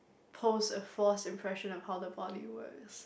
pose a false impression of how the body works